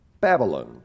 Babylon